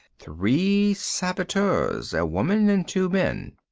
three saboteurs. a woman and two men.